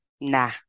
Nah